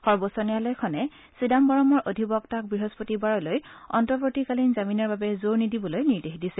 সৰ্বোচ্চ ন্যায়ালয়খনে চিদাম্বৰমৰ অধিবক্তাক বৃহস্পতিবাৰলৈ অন্তবৰ্তিকালীন জামিনৰ বাবে জোৰ নিদিবলৈ নিৰ্দেশ দিছে